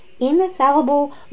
infallible